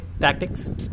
tactics